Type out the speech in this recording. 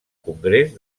congrés